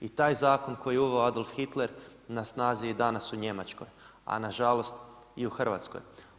I taj zakon koji je uveo Adolf Hitler na snazi je i danas u Njemačkoj, a na žalost i u Hrvatskoj.